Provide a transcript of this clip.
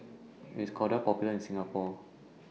IS Kordel's Popular in Singapore